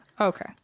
Okay